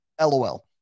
LOL